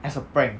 as a prank